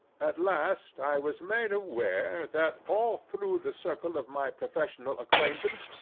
at last i was made aware that all through the circle of my professional acquaintance,